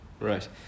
Right